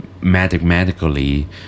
mathematically